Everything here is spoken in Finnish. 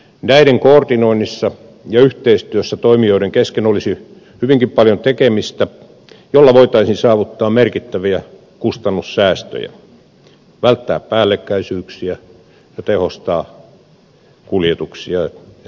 näiden koordinoinnissa ja yhteistyössä toimijoiden kesken olisi hyvinkin paljon tekemistä jolla voitaisiin saavuttaa merkittäviä kustannussäästöjä välttää päällekkäisyyksiä ja tehostaa kuljetuksia ja niihin liittyviä toimintoja